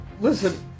listen